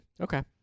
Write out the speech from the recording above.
Okay